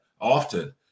often